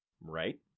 Right